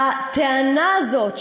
הטענה הזאת,